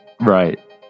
right